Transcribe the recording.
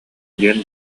диэн